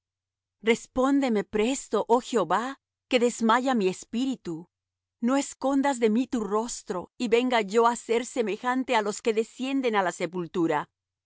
respóndeme presto oh jehová que desmaya mi espíritu no escondas de mí tu rostro y venga yo á ser semejante á los que descienden á la sepultura